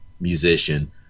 musician